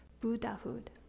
Buddhahood